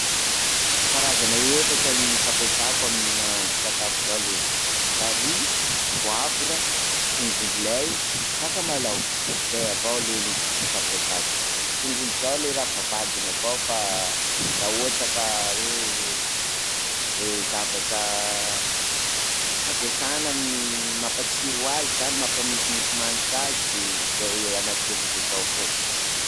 Karazana efatra no fampiasako amin'ny mahandro sakafo zazo ley: carry poivre, tongolo lay, sakamalao; zay avao ley ty fampiasako, tongolo zao ley raha efa vadiny avao raha ohatra ka hoe le zavatra ampiasana amin'ny mampatsiro azy zany, mampamisimisy manitra azy de zay anakiefatra zao fô.